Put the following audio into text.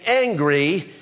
angry